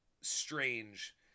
strange